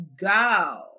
go